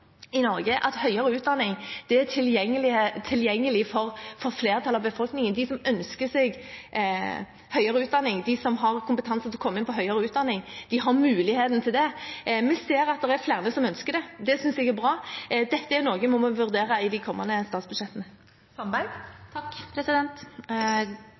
i Norge at høyere utdanning er tilgjengelig for flertallet av befolkningen. De som ønsker seg høyere utdanning, de som har kompetanse til å komme inn på høyere utdanning, har muligheten til det. Vi ser at det er flere som ønsker det. Det synes jeg er bra. Dette er noe vi må vurdere i de kommende